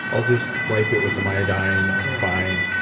i'll just wipe it with some iodine. i'm fine.